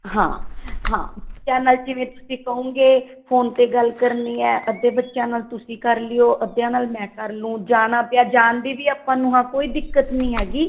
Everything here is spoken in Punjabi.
ਹਾਂ ਹਾਂ ਬੱਚਿਆਂ ਨਾਲ ਜਿਵੇਂ ਤੁਸੀਂ ਕਹੂੰਗੇ ਫੋਨ 'ਤੇ ਗੱਲ ਕਰਨੀ ਹੈ ਅੱਧੇ ਬੱਚਿਆਂ ਨਾਲ ਤੁਸੀਂ ਕਰ ਲਿਓ ਅੱਧਿਆਂ ਨਾਲ ਮੈਂ ਕਰ ਲੂ ਜਾਣਾ ਪਿਆ ਜਾਣ ਦੀ ਵੀ ਆਪਾਂ ਨੂੰ ਹਾਂ ਕੋਈ ਦਿੱਕਤ ਨਹੀਂ ਹੈਗੀ